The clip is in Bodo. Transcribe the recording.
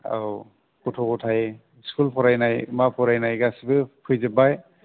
औ गथ' गथाइ स्कुल फरायनाय मा फरायनाय गासिबो फैजोबबाय